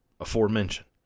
aforementioned